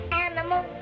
animal